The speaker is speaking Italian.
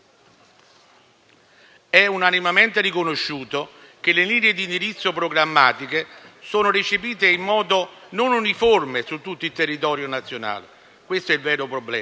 È unanimemente riconosciuto che le linee di indirizzo programmatiche sono recepite in modo non uniforme su tutto il territorio nazionale - questo è il vero problema